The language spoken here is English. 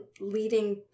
leading